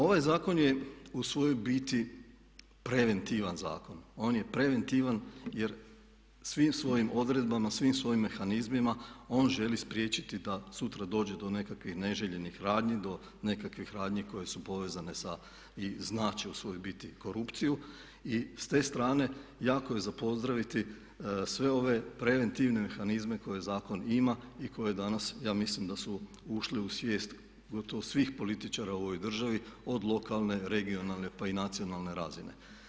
Ovaj zakon je u svojoj biti preventivan zakon, on je preventivan jer svim svojim odredbama, svim svojim mehanizmima on želi spriječiti da sutra dođe do nekakvih neželjenih radnji, do nekakvih radnji koje su povezane sa i znače u svojoj biti korupciju i s te strane jako je za pozdraviti sve ove preventivne mehanizme koje zakon ima i koje danas ja mislim da su ušli u svijest gotovo svih političara u ovoj državi od lokalne, regionalne pa i nacionalne razine.